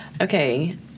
Okay